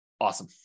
Awesome